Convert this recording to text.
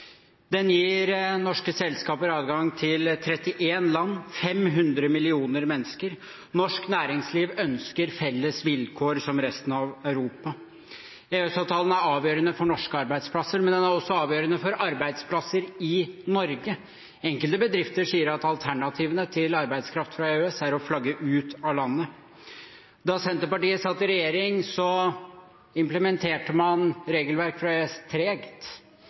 Den gir norske selskaper adgang til 31 land, 500 millioner mennesker. Norsk næringsliv ønsker felles vilkår som resten av Europa. EØS-avtalen er avgjørende for norske arbeidsplasser, men den er også avgjørende for arbeidsplasser i Norge. Enkelte bedrifter sier at alternativet til arbeidskraft fra EØS er å flagge ut av landet. Da Senterpartiet satt i regjering, implementerte man regelverk fra EØS tregt,